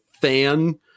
fan